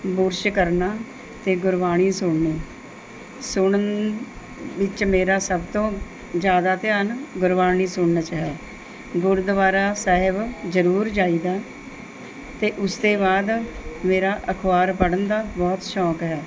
brush ਕਰਨਾ ਅਤੇ ਗੁਰਬਾਣੀ ਸੁਣਨੀ ਸੁਣਨ ਵਿੱਚ ਮੇਰਾ ਸਭ ਤੋਂ ਜ਼ਿਆਦਾ ਧਿਆਨ ਗੁਰਬਾਣੀ ਸੁਣਨ 'ਚ ਹੈ ਗੁਰਦੁਆਰਾ ਸਾਹਿਬ ਜ਼ਰੂਰ ਜਾਈ ਦਾ ਅਤੇ ਉਸ ਦੇ ਬਾਅਦ ਮੇਰਾ ਅਖਬਾਰ ਪੜ੍ਹਨ ਦਾ ਬਹੁਤ ਸ਼ੌਂਕ ਹੈ